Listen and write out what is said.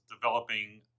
developing